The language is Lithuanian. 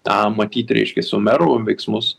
tą matyt reiškias umerovo veiksmus